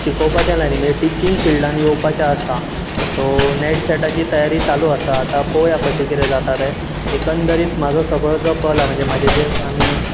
शिकोवपाचे लायणीन म्हणळ्यार टिचींग फिलडान यवपाचें आसा सो नॅट सॅटाची तयारी चालू आसा आतां पळोवया कशें किरें जाता तें एकंदरीत म्हाजो सगळो जो कॉल म्हणजे म्हाजे जें आमी